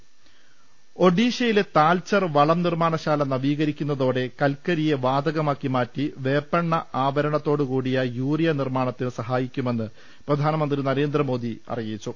ൾ ൽ ൾ ഒഡീഷ്യയിലെ താൽച്ചർ വളം നിർമ്മാണശാല നവീകരിക്കുന്നതോടെ കൽക്കരിയെ വാതകമാക്കി മാറ്റി വേപ്പെണ്ണ ആവരണത്തോടുകൂടിയ യൂറിയ നിർമ്മാണ ത്തിന് സഹായിക്കുമെന്ന് പ്രധാനമന്ത്രി നരേന്ദ്രമോദി അറിയിച്ചു